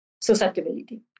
susceptibility